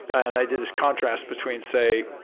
and i did this contrast between, say,